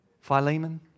Philemon